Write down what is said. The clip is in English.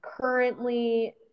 currently